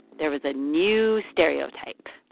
there was a new stereotype.